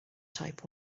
type